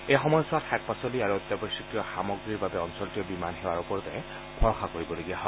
এই সময়ছোৱাত শাক পাচলি আৰু অত্যাৱশ্যকীয় সা সামগ্ৰীৰ বাবে অঞ্চলটোৱে বিমান সেৱাৰ ওপৰতে ভৰষা কৰিবলগীয়া হয়